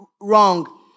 wrong